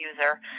user